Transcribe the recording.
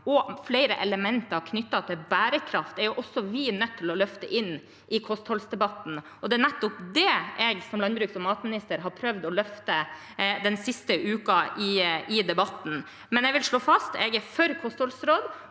og flere elementer knyttet til bærekraft, er også vi nødt til å løfte inn i kostholdsdebatten. Det er nettopp det jeg som landbruks- og matminister har prøvd å løfte den siste uken i debatten. Jeg vil slå fast at jeg er for kostholdsråd,